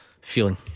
feeling